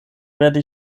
werde